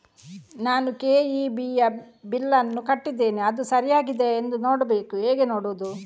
ನಾನು ಕೆ.ಇ.ಬಿ ಯ ಬಿಲ್ಲನ್ನು ಕಟ್ಟಿದ್ದೇನೆ, ಅದು ಸರಿಯಾಗಿದೆಯಾ ಎಂದು ನೋಡಬೇಕು ಹೇಗೆ ನೋಡುವುದು?